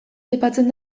aipatzen